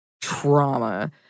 trauma